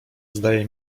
zdaje